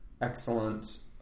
excellent